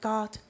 God